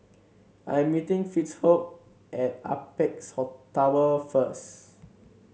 I am meeting Fitzhugh at Apex Tower first